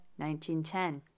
1910